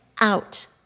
out